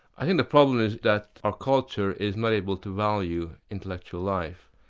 i think the problem is that our culture is not able to value intellectual life.